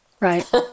Right